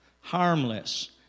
harmless